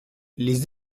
les